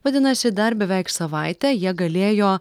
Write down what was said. vadinasi dar beveik savaitę jie galėjo